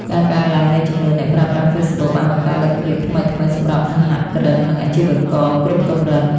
ការកើនឡើងនៃចំនួនអ្នកប្រើប្រាស់ Facebook បានបង្កើតលទ្ធភាពថ្មីៗសម្រាប់សហគ្រិន និងអាជីវករគ្រប់កម្រិត។